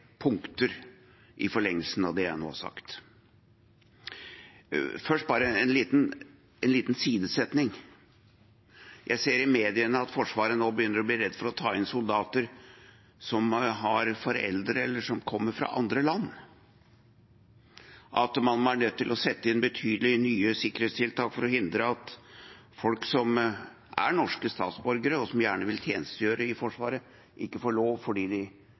punkter i forlengelsen av det jeg nå har sagt. Først bare en liten sidesetning: Jeg ser i mediene at Forsvaret nå begynner å bli redd for å ta inn soldater som har foreldre som kommer fra andre land, at man er nødt til å sette inn betydelige nye sikkerhetstiltak for å hindre at folk som er norske statsborgere, og som gjerne vil tjenestegjøre i Forsvaret, ikke får lov fordi de har foreldre i andre land, at de